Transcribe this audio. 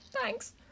thanks